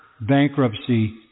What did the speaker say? bankruptcy